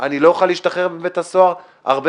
אני לא אוכל להשתחרר מבית הסוהר הרבה